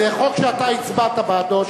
זה חוק שאתה הצבעת בעדו,